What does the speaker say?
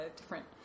different